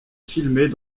filmées